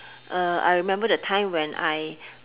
I remember the time when I